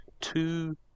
two